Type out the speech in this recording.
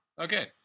Okay